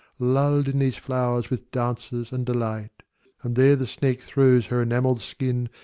lull'd in these flowers with dances and delight and there the snake throws her enamell'd skin,